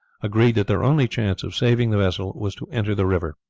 agreed that their only chance of saving the vessel was to enter the river.